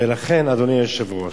ולכן, אדוני היושב-ראש,